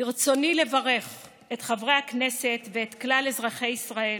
ברצוני לברך את חברי הכנסת ואת כלל אזרחי ישראל